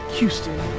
Houston